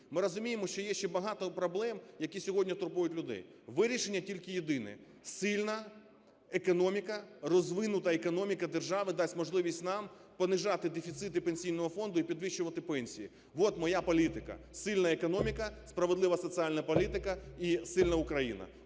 Ми розуміємо, що є ще багато проблем, які сьогодні турбують людей. Вирішення тільки єдине – сильна економіка, розвинута економіка держави дасть можливість нам понижати дефіцити Пенсійного фонду і підвищувати пенсії. От моя політика – сильна економіка, справедлива соціальна політика і сильна Україна.